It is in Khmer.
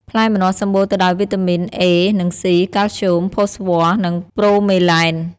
ផ្លែម្នាស់សម្បូរទៅដោយវីតាមីនអេ និង សុី កាល់ស្យូម ផូស្វ័រ និងប្រូមេឡែន ។